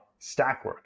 Stackwork